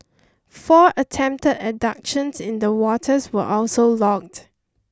four attempted abductions in the waters were also logged